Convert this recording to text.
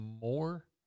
more